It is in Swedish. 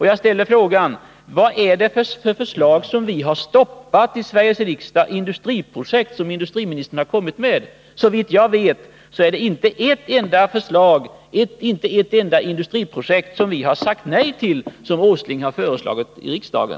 Jag ställer frågan: Vad är det för industriprojekt som industriministern kommit med och som vi stoppat här i Sveriges riksdag? Såvitt jag vet har vi inte sagt nej till ett enda industriprojekt som Nils Åsling föreslagit i riksdagen.